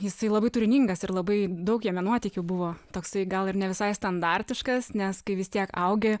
jisai labai turiningas ir labai daug jame nuotykių buvo toksai gal ir ne visai standartiškas nes kai vis tiek augi